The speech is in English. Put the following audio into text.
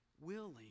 willing